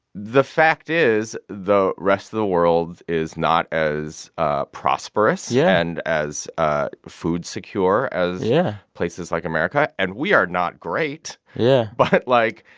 the fact is the rest of the world is not as ah prosperous. yeah. and as ah food secure as. yeah. places like america. and we are not great yeah but, like.